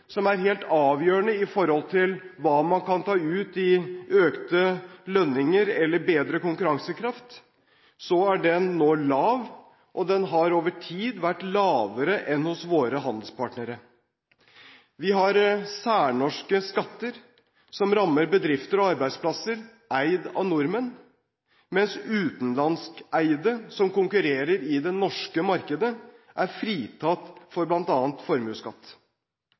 som er helt avgjørende når det gjelder hva man kan ta ut i økte lønninger eller bedre konkurransekraft, er den nå lav, og den har over tid vært lavere enn hos våre handelspartnere. Vi har særnorske skatter som rammer bedrifter og arbeidsplasser eid av nordmenn, mens utenlandskeide, som konkurrerer i det norske markedet, er fritatt for bl.a. formuesskatt.